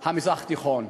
המזרח התיכון: